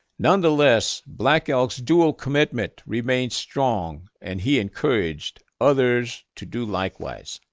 nonetheless, black elk's dual commitment remained strong and he encouraged others to do likewise.